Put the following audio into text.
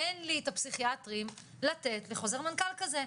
אין לי את הפסיכיאטרים לתת לחוזר מנכ"ל כזה.